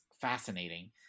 fascinating